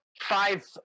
five